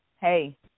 hey